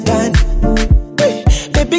Baby